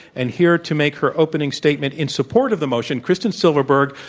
and here to make her opening statement in support of the motion, kristen silverberg,